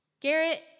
Garrett